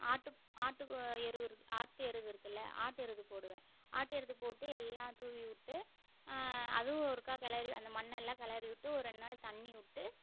ஆட்டு ஆட்டு கோ எருவு இருக்கு ஆட்டு எருது இருக்குல்ல ஆட்டு எருது போடுவேன் ஆட்டு எருது போட்டு எல்லாம் தூவி உட்டு அதுவும் ஒருக்கா கிளரி அந்த மண்ணெல்லாம் கிளரி விட்டு ஒரு ரெண் நாள் தண்ணி விட்டு